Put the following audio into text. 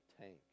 tank